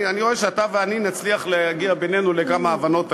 אני רואה שאתה ואני נצליח להגיע בינינו לכמה הבנות היום,